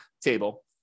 table